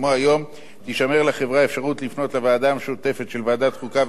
תישמר לחברה אפשרות לפנות לוועדה המשותפת של ועדת חוקה וועדת כספים,